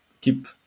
keep